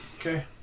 okay